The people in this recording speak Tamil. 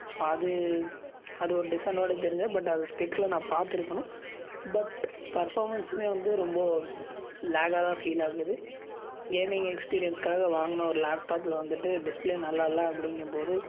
ஸோ அது அது ஒரு டிஸ்அட்வான்டேஜ் தெரிஞ்சா பட் அது ஸ்பெக்கில் நான் பார்த்துருக்கணும் பட் பர்ஃபாமென்ஸுமே வந்து ரொம்ப லேகாக தான் ஃபீல் ஆகுது கேமிங் எக்ஸ்பீரியன்ஸ்க்காக வாங்கின ஒரு லேப்டாப்பில் வந்துவிட்டு டிஸ்பிளே நல்லாயில்ல அப்படிங்கும்போது